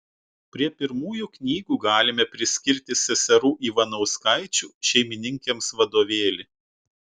prie pirmųjų knygų galime priskirti seserų ivanauskaičių šeimininkėms vadovėlį